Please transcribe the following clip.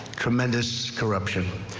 tremendous corruption,